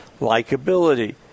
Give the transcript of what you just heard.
likability